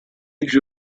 age